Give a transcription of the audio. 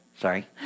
Sorry